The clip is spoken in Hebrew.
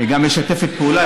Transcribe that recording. היא גם משתפת פעולה.